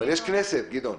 אבל יש כנסת, גדעון.